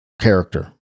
character